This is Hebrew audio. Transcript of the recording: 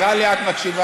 נראה לי שאת מקשיבה,